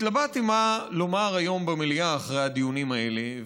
התלבטתי מה לומר היום במליאה אחרי הדיונים האלה,